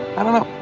i don't know.